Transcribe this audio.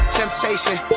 temptation